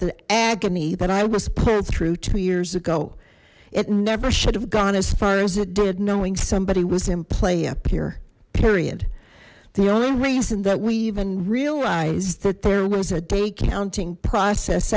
the agony that i was pulled through two years ago it never should have gone as far as it did knowing somebody was in play up here period the only reason that we even realized that there was a day counting process